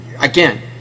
again